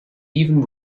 even